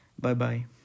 Bye-bye